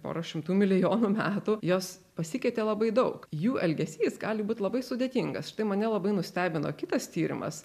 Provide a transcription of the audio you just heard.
porą šimtų milijonų metų jos pasikeitė labai daug jų elgesys gali būt labai sudėtingas štai mane labai nustebino kitas tyrimas